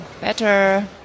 better